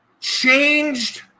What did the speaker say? changed